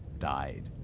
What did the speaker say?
died.